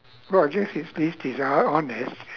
well this is his desire honest